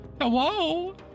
Hello